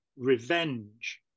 revenge